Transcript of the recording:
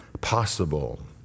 possible